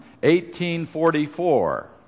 1844